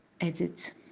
edit